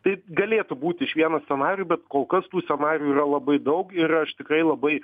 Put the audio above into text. tai galėtų būti iš vieno scenarijų bet kol kas tų scenarijų yra labai daug ir aš tikrai labai